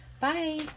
Bye